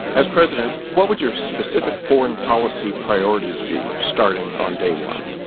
as president, what would your specific foreign policy priorities be, starting on day one?